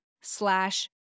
slash